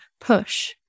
push